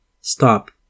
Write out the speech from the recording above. Stop